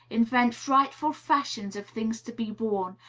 invent frightful fashions of things to be worn,